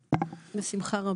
בשמחה.